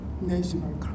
national